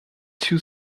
two